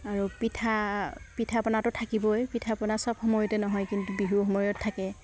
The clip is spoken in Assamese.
আৰু পিঠা পিঠা পনাটো থাকিবই পিঠা পনা চব সময়তে নহয় কিন্তু বিহু সময়ত থাকে